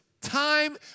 time